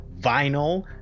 vinyl